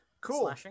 Cool